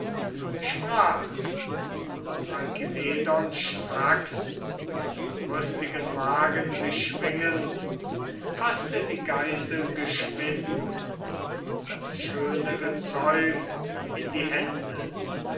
sprach's und alkimedon stracks in den rüstigen wagen sich schwingend faßte die geißel geschwind und das schöne gezäum in die hände